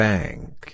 Bank